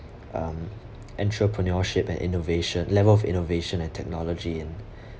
um entrepreneurship and innovation level of innovation and technology in